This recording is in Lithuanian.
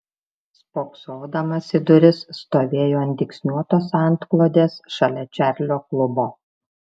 spoksodamas į duris stovėjo ant dygsniuotos antklodės šalia čarlio klubo